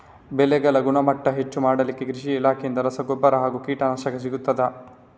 ಬೆಳೆಗಳ ಗುಣಮಟ್ಟ ಹೆಚ್ಚು ಮಾಡಲಿಕ್ಕೆ ಕೃಷಿ ಇಲಾಖೆಯಿಂದ ರಸಗೊಬ್ಬರ ಹಾಗೂ ಕೀಟನಾಶಕ ಸಿಗುತ್ತದಾ?